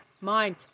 mind